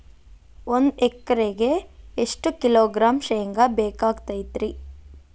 ಒಂದು ಎಕರೆಗೆ ಎಷ್ಟು ಕಿಲೋಗ್ರಾಂ ಶೇಂಗಾ ಬೇಕಾಗತೈತ್ರಿ?